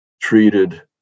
treated